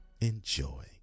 enjoy